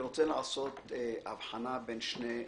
לעשות הבחנה בין שני עניינים,